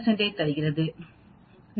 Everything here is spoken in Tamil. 5 தருகிறது